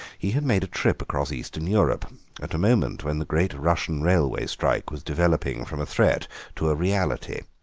he had made a trip across eastern europe at a moment when the great russian railway strike was developing from a threat to a reality